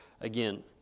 again